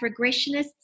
regressionists